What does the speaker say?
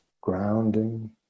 Grounding